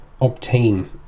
Obtain